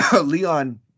Leon